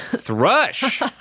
Thrush